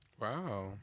Wow